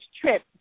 trip